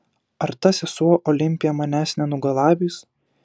ar ta sesuo olimpija manęs nenugalabys